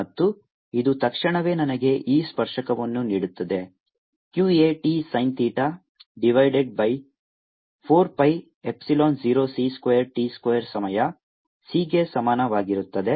ಮತ್ತು ಇದು ತಕ್ಷಣವೇ ನನಗೆ E ಸ್ಪರ್ಶಕವನ್ನು ನೀಡುತ್ತದೆ q a t sin theta divided by 4 pi epsilon 0 c square t square ಸಮಯ c ಗೆ ಸಮಾನವಾಗಿರುತ್ತದೆ